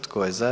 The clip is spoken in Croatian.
Tko je za?